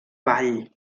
vall